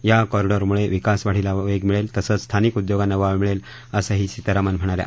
या कॉरिडॉरमुळे विकास वाढीला वेग मिळेल तसंच स्थानिक उद्योगाना वाव मिळेल असंही सीतारामन म्हणाल्या